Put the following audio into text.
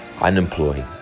unemployed